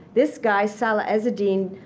this guy, salah ezzedine,